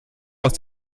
aus